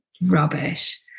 rubbish